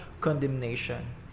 condemnation